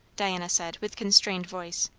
diana said with constrained voice.